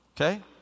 okay